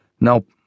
Nope